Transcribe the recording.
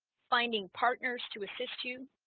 finding partners to assist you,